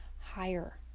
higher